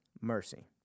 mercy